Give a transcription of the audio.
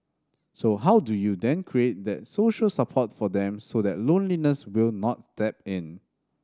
so how do you then create that social support for them so that loneliness will not step in